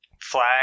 Flag